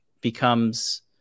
becomes